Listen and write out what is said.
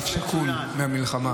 אב שכול מהמלחמה.